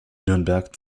nürnberg